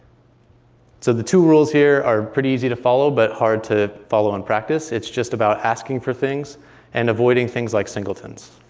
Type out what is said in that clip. so the two rules here are pretty easy to follow but hard to follow in practice. it's just about asking for things and avoiding things like singletons.